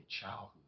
childhood